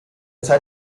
zeit